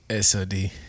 SOD